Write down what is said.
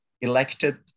elected